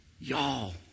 Y'all